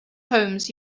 homes